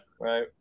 Right